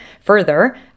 further